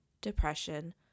depression